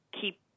keep